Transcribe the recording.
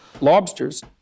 Lobsters